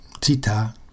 Tita